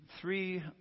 three